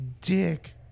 dick